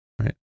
right